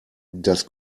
das